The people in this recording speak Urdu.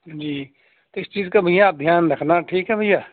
جی اس چیز کا بھیا آپ دھیان رکھنا ٹھیک ہے بھیا